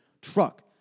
truck